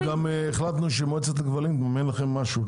אבל גם החלטנו שמועצת הכבלים תממן לכם משהו,